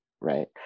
right